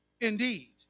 indeed